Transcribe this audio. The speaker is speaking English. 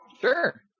Sure